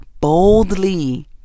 boldly